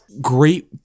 great